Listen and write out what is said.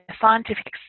scientific